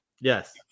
Yes